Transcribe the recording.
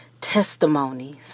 testimonies